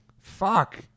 fuck